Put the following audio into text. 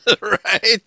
Right